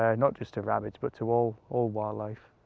ah not just to rabbits, but to all all wildlife.